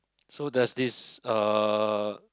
so there's this uh